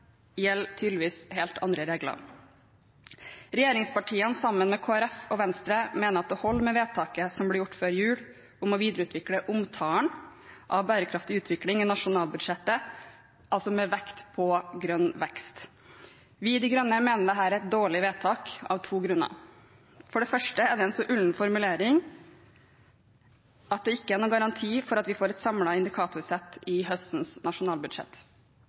gjelder tydeligvis helt andre regler. Regjeringspartiene, sammen med Kristelig Folkeparti og Venstre, mener at det holder med vedtaket som ble gjort før jul om å videreutvikle omtalen av bærekraftig utvikling i nasjonalbudsjettet, altså med vekt på grønn vekst. Vi i Miljøpartiet De Grønne mener at dette er et dårlig vedtak av to grunner. For det første er det en så ullen formulering at det ikke er noen garanti for at vi får et samlet indikatorsett i høstens nasjonalbudsjett.